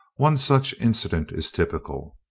one such incident is typical.